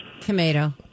Tomato